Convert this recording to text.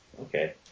okay